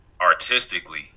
artistically